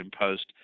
Post